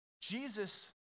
Jesus